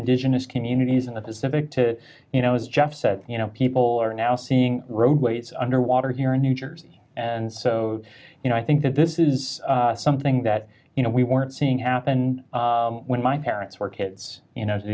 indigenous communities in the pacific to you know as jeff said you know people are now seeing roadways under water here in new jersey and so you know i think that this is something that you know we weren't seeing happen when my parents were kids you know